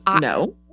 No